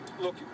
look